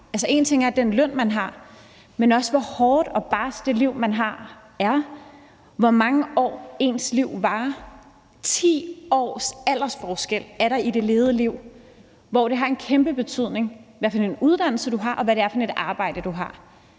En ting er den løn, man har. En anden ting er, hvor hårdt og barskt det liv, man har, er, og hvor mange år ens liv varer. 10 års aldersforskel er der i det levede liv. Det har en kæmpe betydning, hvad det er for en uddannelse, du har, og hvad det er for et arbejde, vi har.